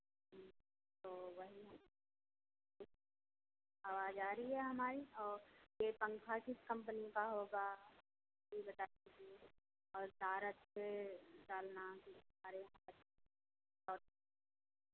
तो वही आवाज आ रही है हमारी और ये पंखा किस कम्पनी का होगा ये बता दीजिए और तार अच्छे डालना सारे और